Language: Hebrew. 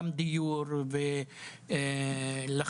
גם דיור משלמים יותר.